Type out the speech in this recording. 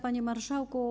Panie Marszałku!